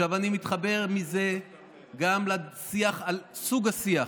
אני מתחבר מזה גם לשיח על סוג השיח.